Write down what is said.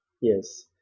Yes